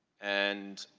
and